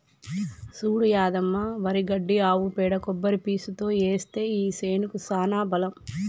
చూడు యాదమ్మ వరి గడ్డి ఆవు పేడ కొబ్బరి పీసుతో ఏస్తే ఆ సేనుకి సానా బలం